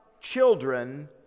children